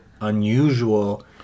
unusual